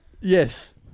Yes